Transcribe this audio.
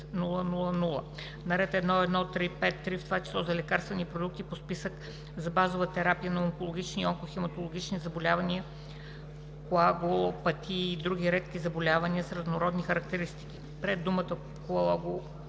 000,0.“ На ред 1.1.3.5.3 „в това число за лекарствени продукти по списък за базова терапия на онкологични и онкохематологични заболявания, коагулопатии и други редки заболявания с разнородни характеристики“: - пред думата „коагулопатии“